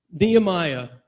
Nehemiah